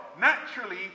naturally